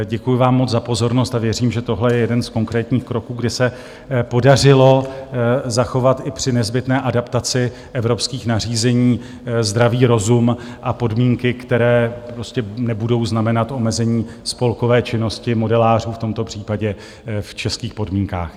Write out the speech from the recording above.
Děkuji vám moc za pozornost a věřím, že tohle je jeden z konkrétních kroků, kde se podařilo zachovat i při nezbytné adaptaci evropských nařízení zdravý rozum a podmínky, které nebudou znamenat omezení spolkové činnosti, modelářů v tomto případě, v českých podmínkách.